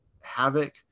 Havoc